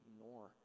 ignore